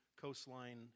Coastline